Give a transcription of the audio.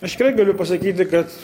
aš tikrai galiu pasakyti kad